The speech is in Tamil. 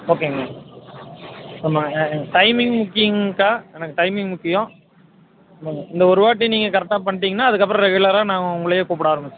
ஓகேங்க ஆமாங்க ஆ டைமிங் முக்கியம்க்கா எனக்கு டைமிங் முக்கியம் ஆமாம் இந்த ஒரு வாட்டி நீங்கள் கரெக்டாக பண்ணிவிட்டீங்கன்னா அதுக்கப்புறோம் ரெகுலராக நான் உங்களையே கூப்பிட ஆரமிச்சுடுவேன்